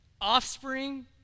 Offspring